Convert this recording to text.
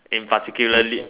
in particularly